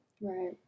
Right